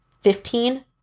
fifteen